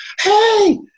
Hey